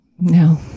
No